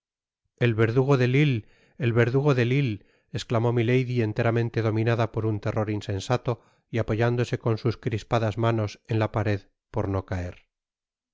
el verdugo de lille el verdugo de lille i esclamó milady enteramente dominada por un terror insensato y apoyándose con sus crispadas manos en la pared por no cáer